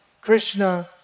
Krishna